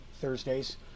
Thursdays